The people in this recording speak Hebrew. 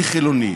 אני חילוני.